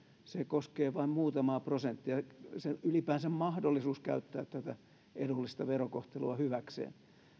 se koskee vain muutamaa prosenttia se ylipäänsä mahdollisuus käyttää tätä edullista verokohtelua hyväkseen